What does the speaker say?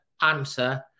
answer